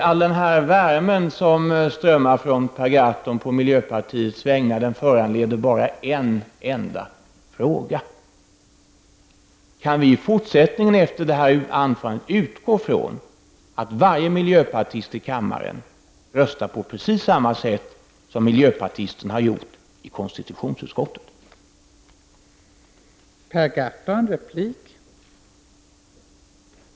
All denna värme som strömmar från Per Gahrton på miljöpartiets vägnar föranleder bara en enda fråga: Kan vi i fortsättningen efter detta utfall utgå ifrån att varje miljöpartist i kammaren röstar på precis samma sätt som miljöpartisten i konstitutionsutskottet har gjort?